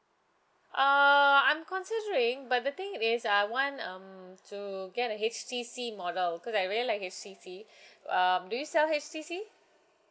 err I'm considering but the thing is I want um to get a H_T_C model cause I really like H_T_C um do you sell H_T_C